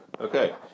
Okay